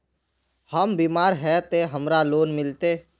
हम बीमार है ते हमरा लोन मिलते?